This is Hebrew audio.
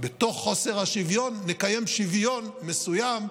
בתוך חוסר השוויון נקיים שוויון מסוים,